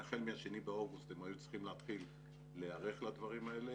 החל מה-2 באוגוסט הם היו צריכים להתחיל להיערך לדברים האלה.